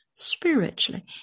Spiritually